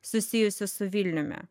susijusio su vilniumi